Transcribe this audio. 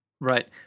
Right